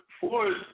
Ford